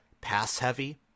pass-heavy